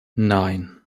nine